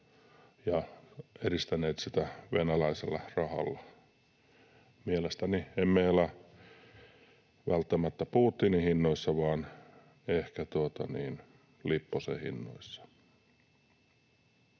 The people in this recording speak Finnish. ja edistäneet sitä venäläisellä rahalla. Mielestäni emme elä välttämättä Putinin hinnoissa vaan ehkä Lipposen hinnoissa.